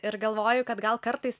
ir galvoju kad gal kartais